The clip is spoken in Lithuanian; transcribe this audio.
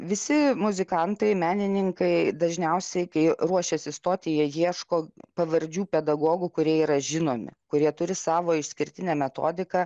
visi muzikantai menininkai dažniausiai kai ruošiasi stoti jie ieško pavardžių pedagogų kurie yra žinomi kurie turi savo išskirtinę metodiką